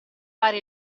fare